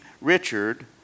Richard